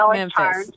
Memphis